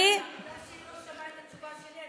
היא לא שמעה את התשובה שלי,